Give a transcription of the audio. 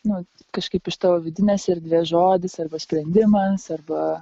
nu kažkaip iš tavo vidinės erdvės žodis arba sprendimas arba